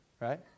right